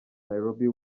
nairobi